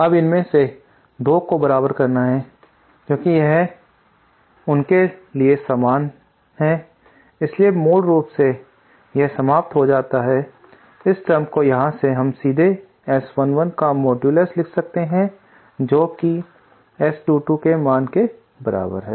अब इनमें से दो को बराबर करना क्योंकि यह उनके लिए सामान्य है इसलिए मूल रूप से यह समाप्त हो जाता है इस टर्म को यहां से हम सीधे S11 का मॉडुलुस लिख सकते हैं जो कि S22 के मान के बराबर है